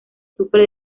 sufre